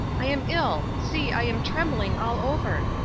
i am ill see! i am trembling all over!